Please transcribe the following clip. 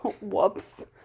whoops